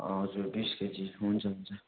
हजुर बिस केजी हुन्छ हुन्छ